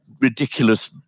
ridiculous